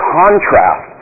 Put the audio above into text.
contrast